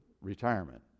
retirement